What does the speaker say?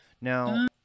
Now